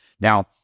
Now